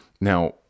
Now